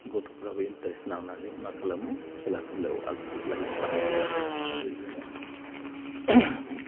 गथ'फ्राबो इन्टारेस्ट नांनानै मा खालामो खेला दुलायाव आग भाग लायो बाहागो लायो आरो